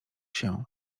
się